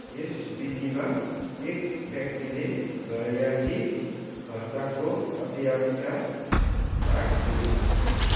यस विधिमा एक व्यक्तिले घरायसी खर्चको अधियाक्छ भाग तिर्नेछ